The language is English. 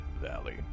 Valley